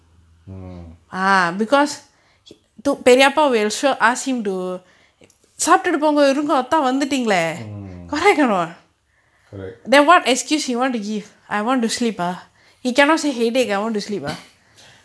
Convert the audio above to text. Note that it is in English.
mm mm correct